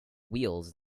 wheels